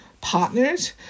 Partners